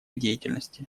деятельности